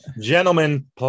gentlemen